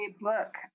book